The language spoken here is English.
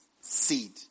seed